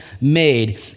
made